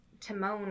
Timon